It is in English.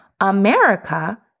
America